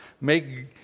Make